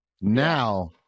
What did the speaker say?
Now